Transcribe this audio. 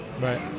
Right